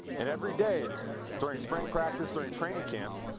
and every day during spring practice, during training camp,